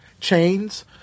chains –